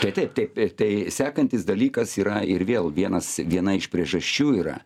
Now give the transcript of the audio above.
tai taip taip tai sekantis dalykas yra ir vėl vienas viena iš priežasčių yra